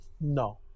No